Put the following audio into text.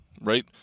right